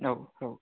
औ औ